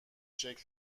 شکل